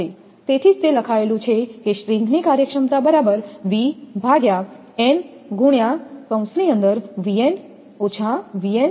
તેથી જ તે લખાયેલું છે સ્ટ્રિંગની કાર્યક્ષમતા આ સમીકરણ 13 છે